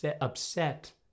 upset